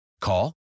Call